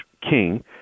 king